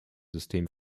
system